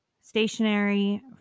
stationary